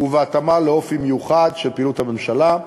ובהתאמה לאופי המיוחד של פעילות הממשלה,